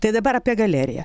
tai dabar apie galeriją